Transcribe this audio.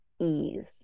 ease